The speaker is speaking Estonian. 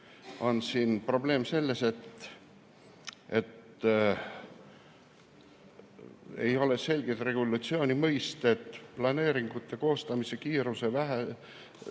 on probleemid selles, et ei ole selged regulatsiooni mõisted, planeeringute koostamise kiiruse vähenemise